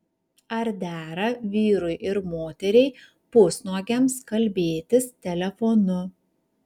ar dera vyrui ir moteriai pusnuogiams kalbėtis telefonu